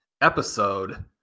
episode